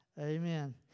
Amen